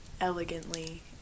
elegantly